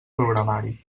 programari